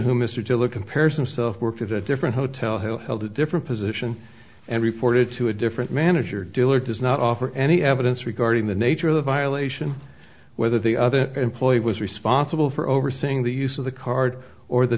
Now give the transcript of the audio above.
to look in pairs themself worked at a different hotel held a different position and reported to a different manager dealer does not offer any evidence regarding the nature of the violation whether the other employee was responsible for overseeing the use of the card or the